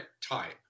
type